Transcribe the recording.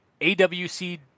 AWC